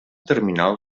terminal